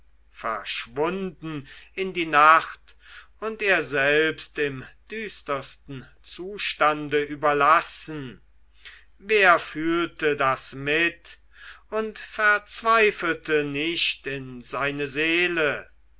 verschwunden in die nacht und er sich selbst im düstersten zustande überlassen wer fühlte das mit und verzweifelte nicht in seine seele